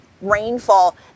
Rainfall